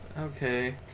Okay